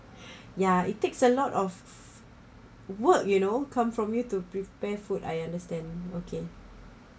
yeah it takes a lot of work you know come from you to prepare food I understand okay